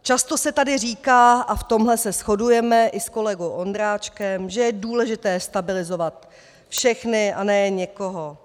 Často se tady říká, a v tomhle se shodujeme i s kolegou Ondráčkem, že je důležité stabilizovat všechny a ne jen někoho.